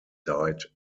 died